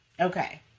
Okay